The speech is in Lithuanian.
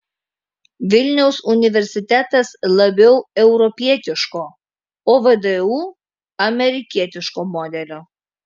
vilniaus universitetas labiau europietiško o vdu amerikietiško modelio